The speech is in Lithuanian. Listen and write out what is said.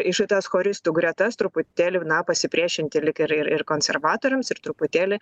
į šitas choristų gretas truputėli na pasipriešinti lyg ir ir konservatoriams ir truputėlį